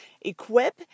equip